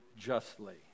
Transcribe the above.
justly